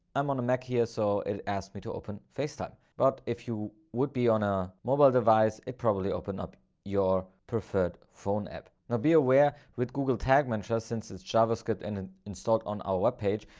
i'm on a mac here so it asked me to open facetime. but if you would be on a mobile device, it probably opened up your preferred phone app. now be aware with google tag manager since it's javascript and and installed on our webpage,